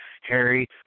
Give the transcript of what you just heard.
Harry